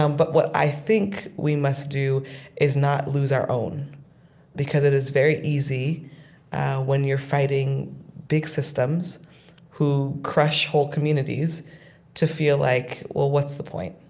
um but what i think we must do is not lose our own because it is very easy when you're fighting big systems who crush whole communities to feel like, well, what's the point?